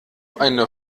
eine